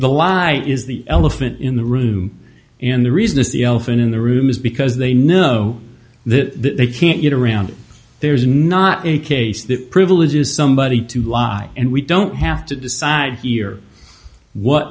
the law is the elephant in the room and the reason it's the elephant in the room is because they know that they can't get around there's not a case that privilege is somebody to lie and we don't have to decide we're what